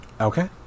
Okay